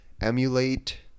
emulate